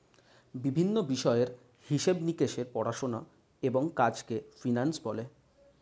বিভিন্ন বিষয়ের হিসেব নিকেশের পড়াশোনা এবং কাজকে ফিন্যান্স বলে